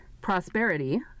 prosperity